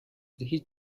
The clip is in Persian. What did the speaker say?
هیچ